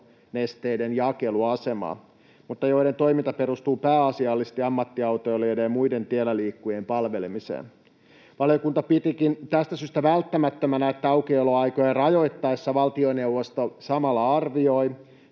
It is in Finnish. polttonesteiden jakeluasemaa mutta joiden toiminta perustuu pääasiallisesti ammattiautoilijoiden ja muiden tielläliikkujien palvelemiseen. Valiokunta pitikin tästä syystä välttämättömänä, että aukioloaikoja rajoitettaessa valtioneuvosto samalla arvioi,